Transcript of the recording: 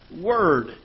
Word